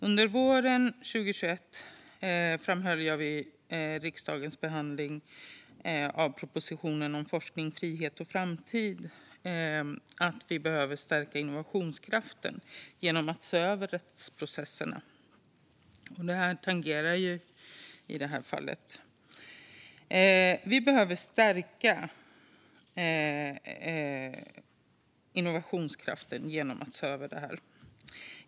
Under våren 2021 framhöll jag vid riksdagens behandling av regeringens proposition Forskning, frihet, framtid - kunskap och innovation för Sverige att vi behöver stärka innovationskraften genom att se över rättsprocesserna. Det tangerar det här ärendet. Vi behöver se över detta för att stärka innovationskraften.